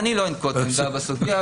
אני לא אנקוט עמדה בסוגיה.